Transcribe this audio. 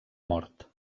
mort